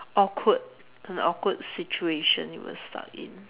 awkward an awkward situation you were stuck in